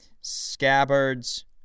scabbards